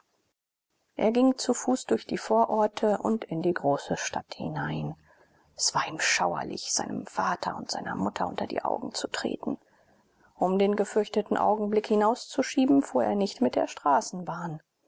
er ging zu fuß durch die vororte und in die große stadt hinein es war ihm schauerlich seinem vater und seiner mutter unter die augen zu treten um den gefürchteten augenblick hinauszuschieben fuhr er nicht mit der straßenbahn